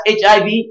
HIV